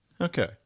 Okay